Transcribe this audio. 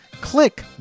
click